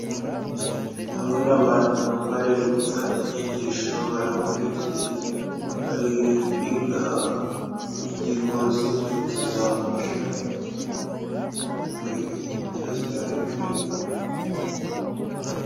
Ndabona abantu bari gufata inyigisho barakurikiye, bari kwiga ku ngingo z'ingenzi zafasha buri kintu cyose bari kwigaho.